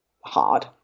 hard